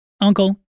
uncle